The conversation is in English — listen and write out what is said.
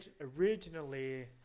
originally